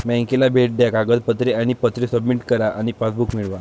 बँकेला भेट द्या कागदपत्रे आणि पत्रे सबमिट करा आणि पासबुक मिळवा